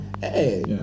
Hey